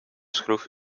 schroef